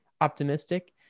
optimistic